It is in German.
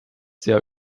sehr